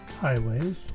highways